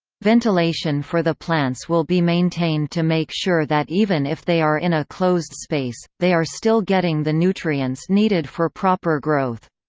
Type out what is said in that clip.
ventilation for the plants will be maintained to make sure that even if they are in a closed space, they are still getting the nutrients needed for proper growth.